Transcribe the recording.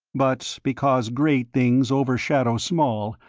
but because great things overshadow small,